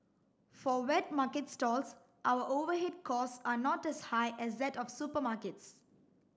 for wet market stalls our overhead cost are not as high as that of supermarkets